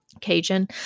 Cajun